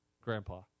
grandpa